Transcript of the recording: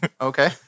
Okay